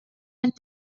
and